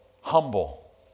humble